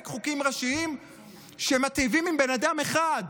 חוקים ראשיים שמיטיבים עם בן אדם אחד,